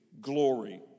glory